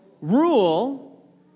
rule